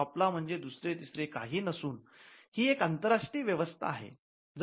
soft law म्हणजे दुसरे तिसरे काही नसून ही एक आंतरराष्ट्रीय व्यवस्था आहे